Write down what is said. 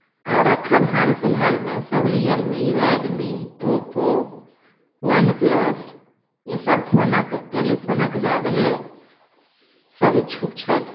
आओर एखन हाल फिलहालमे सभ Realme Redmi Oppo OnePlus ईसभ फोनक टेलीफोनक ज्यादहे सभ इच्छुक छथि